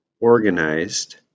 organized